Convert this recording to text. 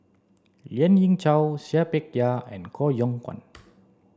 Lien Ying Chow Seah Peck Seah and Koh Yong Guan